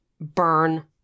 burn